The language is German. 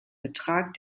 betrag